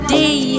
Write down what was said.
day